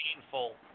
painful